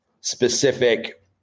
specific